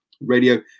Radio